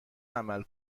عمل